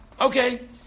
Okay